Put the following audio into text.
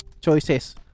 choices